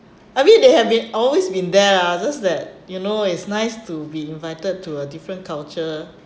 I mean they have been always been there lah just that you know it's nice to be invited to a different culture